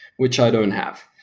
which i don't have.